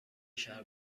شهر